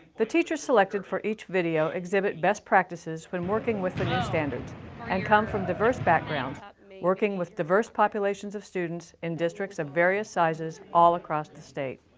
the teachers selected for each video exhibit best practices when working with the new standards and come from diverse backgrounds working with diverse populations of students in districts of various sizes all across the state.